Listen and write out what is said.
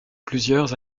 plusieurs